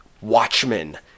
Watchmen